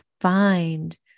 find